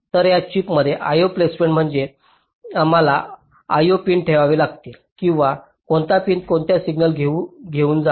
तर या चिपसाठी IO प्लेसमेंट म्हणजे आम्हाला IO पिन ठेवावे लागतील किंवा कोणता पिन कोणता सिग्नल घेऊन जावा